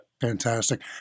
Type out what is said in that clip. Fantastic